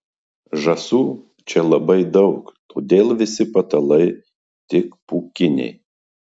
žąsų čia labai daug todėl visi patalai tik pūkiniai